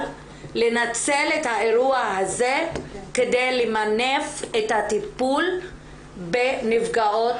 "לנצל" את האירוע הזה כדי למנף את הטיפול בנפגעות